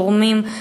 תורמים,